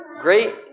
Great